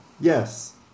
Yes